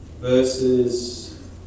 verses